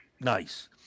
Nice